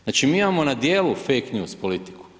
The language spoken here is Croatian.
Znači mi imamo na djelu fake news politiku.